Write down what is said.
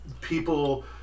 people